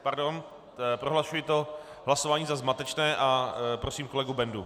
Pardon, prohlašuji toto hlasování za zmatečné a prosím kolegu Bendu.